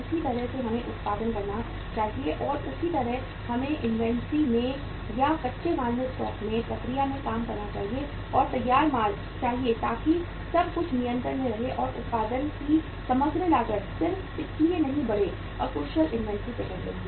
उसी तरह से हमें उत्पादन करना चाहिए और उसी तरह हमें इन्वेंट्री में या कच्चे माल के स्टॉक में प्रक्रिया में काम करना चाहिए और तैयार माल चाहिए ताकि सब कुछ नियंत्रण में रहे और उत्पादन की समग्र लागत सिर्फ इसलिए नहीं बढ़े अकुशल इन्वेंट्री प्रबंधन की